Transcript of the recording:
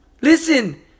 Listen